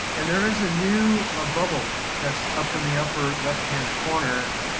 and there is a new ah bubble that's up in the upper left hand corner.